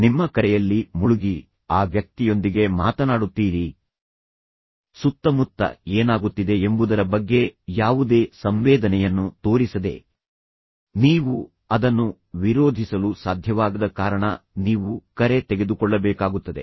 ನಿಮ್ಮ ಕರೆಯಲ್ಲಿ ಮುಳುಗಿ ಆ ವ್ಯಕ್ತಿಯೊಂದಿಗೆ ಮಾತನಾಡುತ್ತೀರಿ ಸುತ್ತಮುತ್ತ ಏನಾಗುತ್ತಿದೆ ಎಂಬುದರ ಬಗ್ಗೆ ಯಾವುದೇ ಸಂವೇದನೆಯನ್ನು ತೋರಿಸದೆ ನೀವು ಅದನ್ನು ವಿರೋಧಿಸಲು ಸಾಧ್ಯವಾಗದ ಕಾರಣ ನೀವು ಕರೆ ತೆಗೆದುಕೊಳ್ಳಬೇಕಾಗುತ್ತದೆ